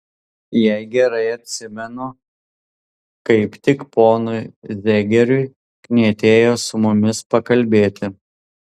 jei gerai atsimenu kaip tik ponui zegeriui knietėjo su mumis pakalbėti